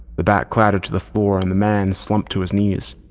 the bat clattered to the floor and the man slumped to his knees,